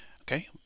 Okay